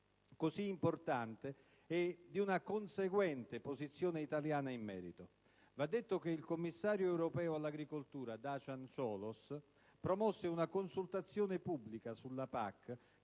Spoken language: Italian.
così importante e di una conseguente posizione italiana in merito. Va detto che il commissario europeo all'agricoltura, Dacian Ciolos, promosse una consultazione pubblica sulla PAC